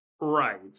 Right